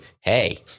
hey